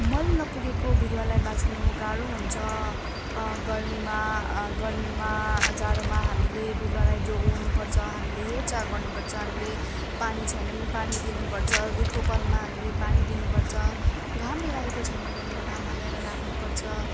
मल नपुगेको बिरुवालाई बाँच्नु गाह्रो हुन्छ गर्मीमा गर्मीमा जाडोमा हामीले बिरुवालाई जोगाउनुपर्छ हामीले हेरचाह गर्नुपर्छ हामीले पानी छैन भने पानी दिनुपर्छ रुखोपनमा हामीले पानी दिनुपर्छ घाम लागेको छैन भने घाममा ल्याएर राख्नुपर्छ